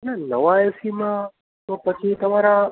ના નવા એસીમાં તો પછી તમારા